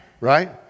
right